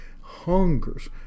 hungers